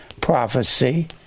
prophecy